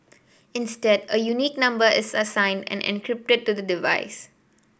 instead a unique number is assigned and encrypted to the device